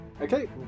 Okay